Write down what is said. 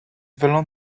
belong